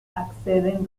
acceden